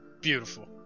Beautiful